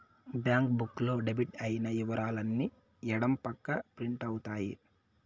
bank book లో debit అయిన ఇవరాలు అన్ని ఎడం పక్క ప్రింట్ అవుతాయి